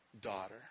daughter